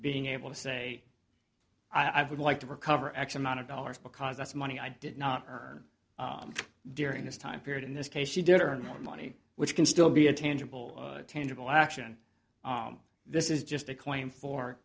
being able to say i would like to recover x amount of dollars because that's money i did not earn during this time period in this case she did earn more money which can still be a tangible tangible action this is just a claim for